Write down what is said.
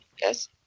Yes